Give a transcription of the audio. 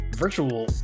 virtual